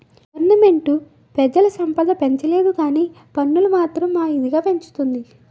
government పెజల సంపద పెంచలేదుకానీ పన్నులు మాత్రం మా ఇదిగా పెంచింది